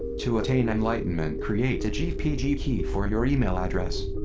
to attain enlightenment, create a gbg key for your email address.